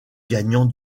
gagnant